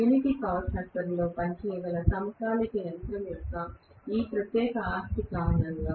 unity power factor లో పనిచేయగల సమకాలిక యంత్రం యొక్క ఈ ప్రత్యేక ఆస్తి కారణంగా